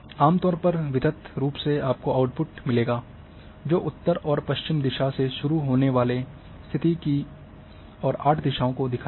आम तौर पर वितथ रूप से आपको आउटपुट मिलेगा जो उत्तर और उत्तर पश्चिम दिशा से शुरू होने वाले स्तिथि और आठ दिशाओं को दिखाएगा